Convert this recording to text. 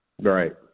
Right